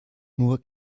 nur